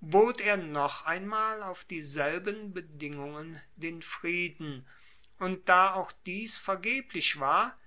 bot er noch einmal auf dieselben bedingungen den frieden und da auch dies vergeblich war